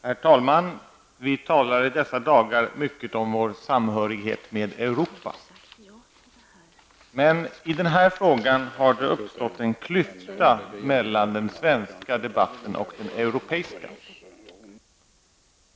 Herr talman! Vi talar i dessa dagar mycket om vår samhörighet med Europa. Men i den här frågan har det uppstått en klyfta mellan den svenska debatten och den europeiska.